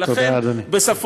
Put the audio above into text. תודה, אדוני.